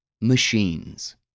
machines